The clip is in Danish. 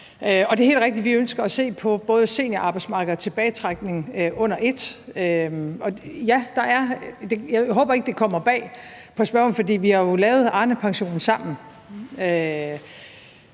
vi ønsker at se på både seniorarbejdsmarkedet og tilbagetrækning under et. Jeg håber ikke, det kommer bag på spørgeren, for vi har jo lavet Arnepensionen sammen,